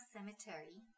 Cemetery